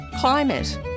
climate